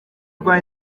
rwa